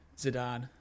Zidane